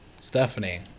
Stephanie